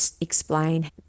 explain